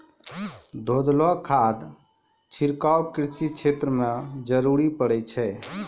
घोललो खाद छिड़काव कृषि क्षेत्र म जरूरी पड़ै छै